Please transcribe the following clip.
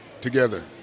together